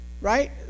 Right